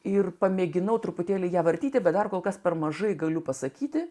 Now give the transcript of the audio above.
ir pamėginau truputėlį ją vartyti bet dar kol kas per mažai galiu pasakyti